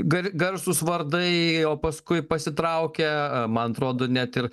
gar garsūs vardai o paskui pasitraukia man atrodo net ir